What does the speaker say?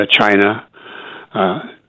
China